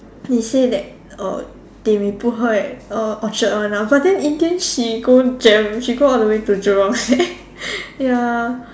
she say that uh they may put her at uh Orchard one lah but then in the end she go Jem she go all the way to Jurong seh ya